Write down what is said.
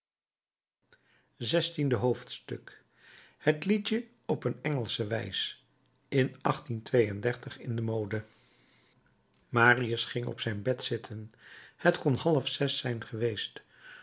zestiende hoofdstuk het liedje op een engelsche wijs in in de mode marius ging op zijn bed zitten het kon half zes zijn geweest